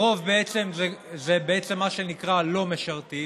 הרוב זה בעצם מה שנקרא לא משרתים,